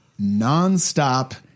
nonstop